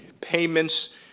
payments